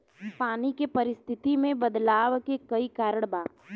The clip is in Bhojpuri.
पानी के परिस्थिति में बदलाव के कई कारण बा